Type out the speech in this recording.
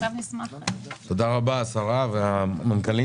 תודה לשרה ולמנכ"לים.